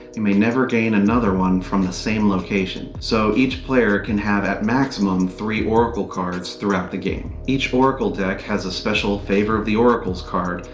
you may never gain another one from the same location. so, each player can have at maximum, three oracle cards throughout the game. each oracle deck has a special favor of the oracles card,